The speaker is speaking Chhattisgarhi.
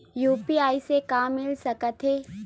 यू.पी.आई से का मिल सकत हे?